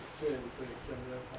对对讲得好